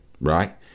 right